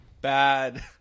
Bad